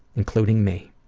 including me.